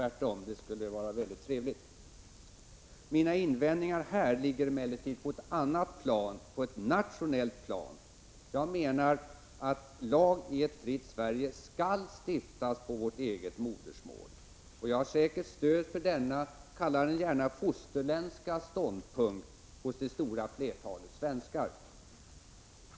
Det skulle tvärtom vara trevligt. Mina invändningar i det här fallet ligger emellertid på ett annat plan, på ett nationellt plan. Jag menar att lag i ett fritt Sverige skall stiftas på vårt eget modersmål och har säkert stöd för denna ståndpunkt — kalla den gärna fosterländsk — hos det stora flertalet svenskar.